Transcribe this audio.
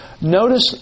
Notice